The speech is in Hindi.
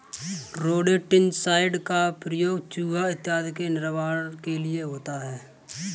रोडेन्टिसाइड का प्रयोग चुहा इत्यादि के निवारण के लिए होता है